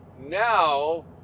Now